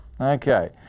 Okay